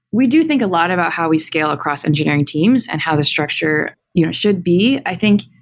we do think a lot about how we scale across engineering teams and how the structure you know should be. i think,